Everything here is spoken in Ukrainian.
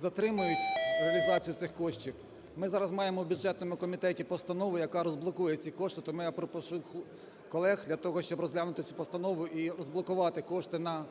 затримують реалізацію цих коштів. Ми зараз маємо в бюджетному комітеті постанову, яка розблокує ці кошти, тому я прошу колег для того, щоб розглянути цю постанову і розблокувати кошти на